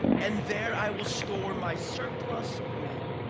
and there i will store my surplus grain.